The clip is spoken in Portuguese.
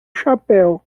chapéu